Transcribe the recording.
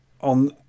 on